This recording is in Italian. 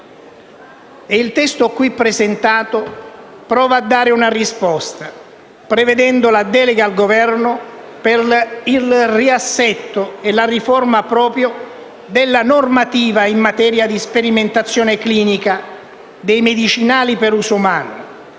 Il testo qui presentato prova a dare una risposta, prevedendo la delega al Governo per il riassetto e la riforma della normativa in materia di sperimentazione clinica dei medicinali per uso umano,